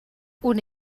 una